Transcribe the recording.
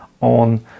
on